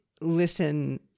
listen